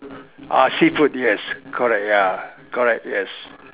ah seafood yes correct ya correct yes